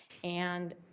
and